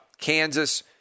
Kansas